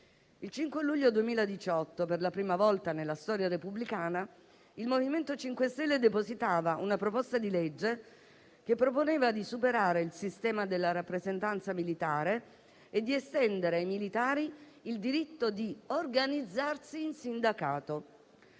Il 5 luglio 2018, per la prima volta nella storia repubblicana, il MoVimento 5 Stelle ha depositato un disegno di legge volto a superare il sistema della rappresentanza militare ed estendere ai militari il diritto di organizzarsi in sindacato.